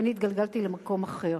ואני התגלגלתי למקום אחר,